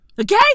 Okay